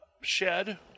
shed